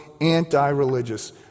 anti-religious